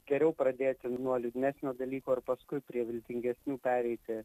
geriau pradėti nuo liūdnesnio dalyko ir paskui prie viltingesnių pereiti